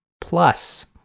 plus